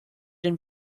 den